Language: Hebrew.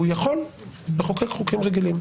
הוא יכול לחוקק חוקים רגילים.